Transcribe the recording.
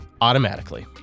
Automatically